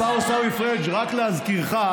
השר עיסאווי פריג', רק להזכירך: